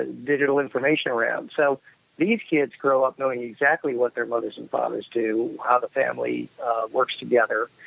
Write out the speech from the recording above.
and digital information around so these kids grow up knowing exactly what their mothers and fathers do, how the family works together,